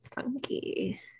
funky